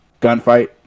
gunfight